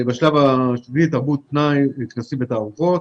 בשלב השביעי תרבות פנאי, טקסים ותערוכות.